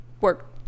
work